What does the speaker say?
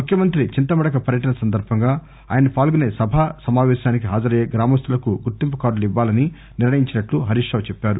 ముఖ్యమంత్రి చింతమడక పర్యటన సందర్బంగా ఆయన పాల్గొసే సభ సమాపేశానికి హాజరయ్యే గ్రామస్తులకు గుర్తింపు కార్లులు ఇవ్వాలని నిర్ణయించినట్లు హరీష్ రావు చెప్పారు